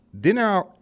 Dinner